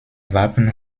wappen